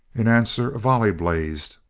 in answer, a volley blazed,